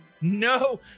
No